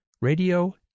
radio